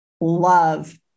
love